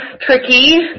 tricky